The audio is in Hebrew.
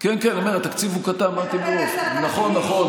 כן, התקציב הוא קטן, נכון, נכון.